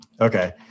Okay